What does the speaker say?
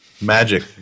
Magic